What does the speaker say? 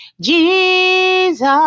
Jesus